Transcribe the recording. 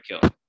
kill